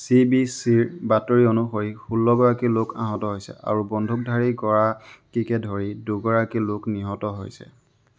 C B চিৰ বাতৰি অনুসৰি ষোল্লগৰাকী লোক আহত হৈছে আৰু বন্দুকধাৰীগৰাকীকে ধৰি দুইগৰাকী লোক নিহত হৈছে